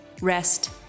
rest